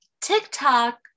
TikTok